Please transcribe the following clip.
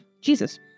Jesus